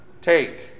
take